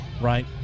right